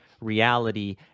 reality